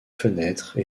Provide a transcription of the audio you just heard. fenêtres